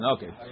Okay